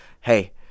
hey